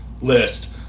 list